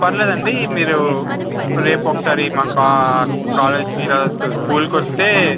పర్లేదు అండి మీరు రేపు ఒకసారి మా కా కాలేజుకి రా ఒకసారి స్కూల్కి వస్తే